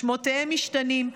שמותיהם משתנים,